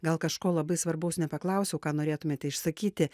gal kažko labai svarbaus nepaklausiau ką norėtumėte išsakyti